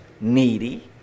needy